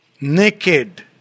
naked